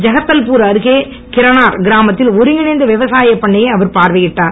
ஜெக்தல்பூர் அருகே கிரனார் கிராமத்தில் ஒருங்கிணைந்த விவசாயப் பண்ணையை அவர் பார்வையிட்டார்